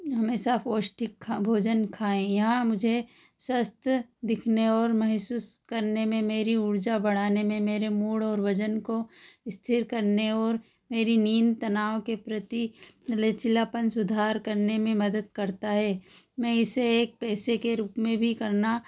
हमेशा पौष्टिक खा भोजन खाएँ यहाँ मुझे स्वस्थ दिखने और महसूस करने में मेरी ऊर्जा बढ़ाने में मेरे मूड और वज़न को स्थिर करने और मेरी नींद तनाव के प्रति लचीलापन सुधार करने में मदद करता है मैं इसे एक पैसे के रूप में भी करना